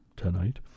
Tonight